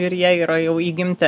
ir jei yra jau įgimti